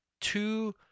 two